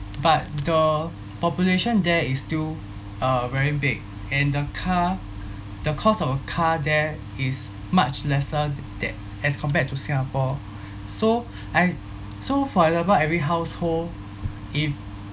but the population there is still uh very big and the car the cost of a car there is much lesser tha~ as compared to singapore so I so for example every household if